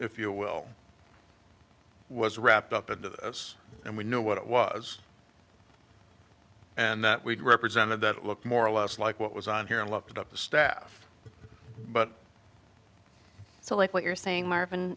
if you will was wrapped up into this and we know what it was and that we represented that it looked more or less like what was on here and left it up to staff but so like what you're saying marvin